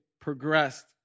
progressed